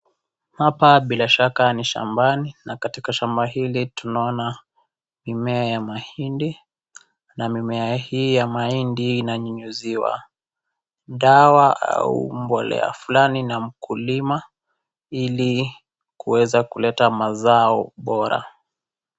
Hapa bila shaka ni shambani na katika shamba hili tunaona mimea ya mahindi na mimea hii ya maindi inanyunyuziwa dawa au mbolea fulani na mkulima ili kuweza kuleta mazao bora.